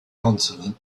consonant